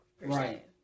Right